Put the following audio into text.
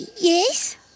Yes